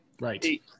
Right